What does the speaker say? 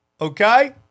okay